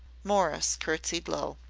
morris curtsied low.